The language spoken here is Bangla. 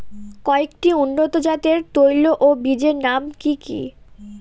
কয়েকটি উন্নত জাতের তৈল ও বীজের নাম কি কি?